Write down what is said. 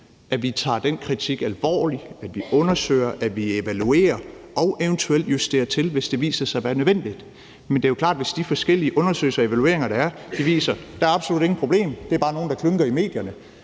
at tage den kritik alvorligt, at undersøge, at evaluere og eventuelt justere, hvis det viser sig at være nødvendigt. Men det er jo klart, at hvis de forskellige undersøgelser og evalueringer, der er, viser, at der absolut ingen problemer er, at det bare nogle, der klynker i medierne,